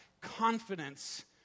confidence